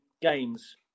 games